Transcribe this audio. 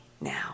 now